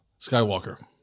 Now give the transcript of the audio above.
Skywalker